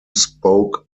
spoke